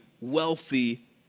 wealthy